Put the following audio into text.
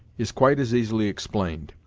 is quite as easily explained.